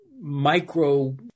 micro